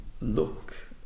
look